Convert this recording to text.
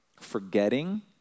forgetting